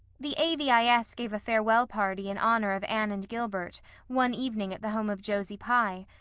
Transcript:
the a v i s. gave a farewell party in honor of anne and gilbert one evening at the home of josie pye,